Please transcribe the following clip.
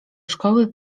szkoły